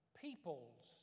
Peoples